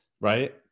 right